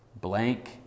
blank